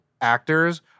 actors